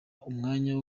umwanya